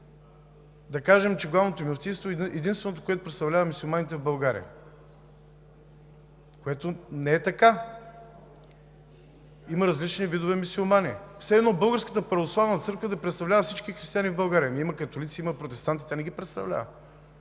да кажем, че Главното мюфтийство е единственото, което представлява мюсюлманите в България. Не е така – има различни видове мюсюлмани. Все едно Българската православна църква да представлява всички християни в България – ами, има католици, протестанти, тя не ги представлява.